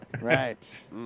Right